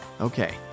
Okay